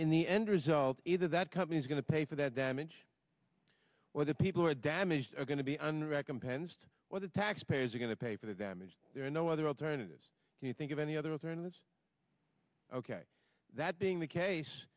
in the end result either that company's going to pay for that damage or the people who are damaged are going to be an recompensed or the taxpayers are going to pay for the damage there are no other alternatives you think of any other alternatives ok that being the case